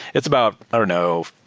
it's about i don't know,